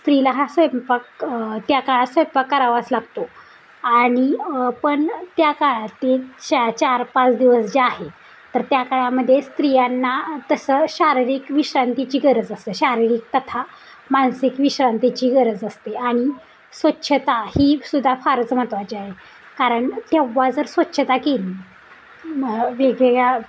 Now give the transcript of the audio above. स्त्रीला हा स्वयंपाक त्या काळात स्वयंपाक करावाच लागतो आणि पण त्या काळात ते शा चार पाच दिवस जे आहे तर त्या काळामध्ये स्त्रियांना तसं शारीरिक विश्रांतीची गरज असते शारीरिक तथा मानसिक विश्रांतीची गरज असते आणि स्वच्छता ही सुद्धा फारच महत्त्वाचे आहे कारण तेव्हा जर स्वच्छता केली वेगवेगळ्या